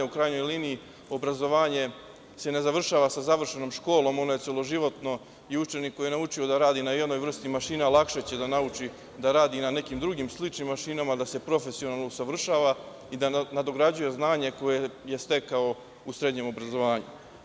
U krajnjoj liniji obrazovanje se ne završava sa završenom školom, ono je celoživotno, i učenik koji je naučio da radi na jednoj vrsti mašina lakše će da nauči da radi na nekim drugim sličnim mašina, da se profesionalno usavršava i da nadograđuje znanje koje je stekao u srednjem obrazovanju.